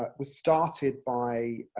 but was started by,